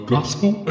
Gospel